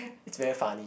it's very funny